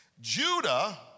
Judah